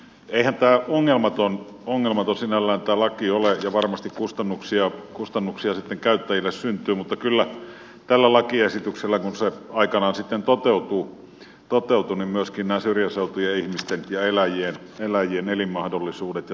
eihän tämä laki ongelmaton sinällään ole ja varmasti kustannuksia sitten käyttäjille syntyy mutta kyllä tällä lakiesityksellä kun se aikanaan toteutuu myöskin syrjäseutujen ihmisten ja eläjien elinmahdollisuudet ja turvallisuus siinä kasvaa